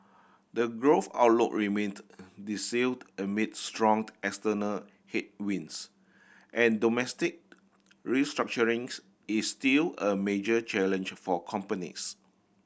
the growth outlook remains dicey amid strong external headwinds and domestic restructuring is still a major challenge for companies